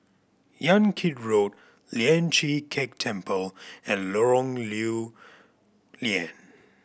Yan Kit Road Lian Chee Kek Temple and Lorong Lew Lian